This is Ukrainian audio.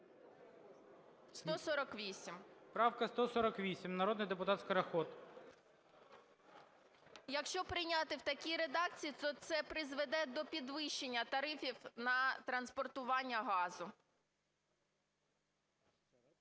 Правка 148, народний депутат Скороход. СКОРОХОД А.К. Якщо прийняти в такій редакції, то це призведе до підвищення тарифів на транспортування газу.